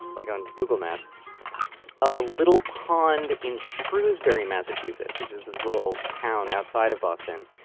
like on google maps of a little pond in shrewsbury, massachusetts, which is this little town outside of boston,